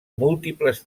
múltiples